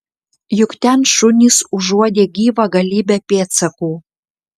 juk ten šunys užuodė gyvą galybę pėdsakų